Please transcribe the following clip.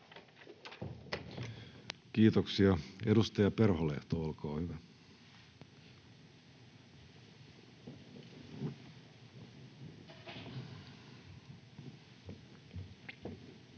Kiitoksia. — Edustaja Perholehto, olkaa hyvä. [Speech